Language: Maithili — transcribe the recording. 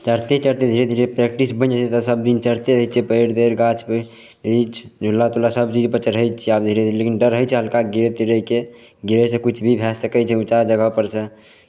चढ़ते चढ़ते धीरे धीरे प्रैक्टिस बनि जाइ छै तऽ सब दिन चढ़ते रहय छियै पेड़ तेर गाछ वृक्ष झूला तुला सब चीजपर चढ़य छियै आब धीरे धीरे लेकिन डर होइ छै हल्का गिरय तिरयके गिरयसँ किछु भी भए सकय छै उँचा जगहपर सँ